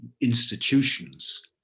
institutions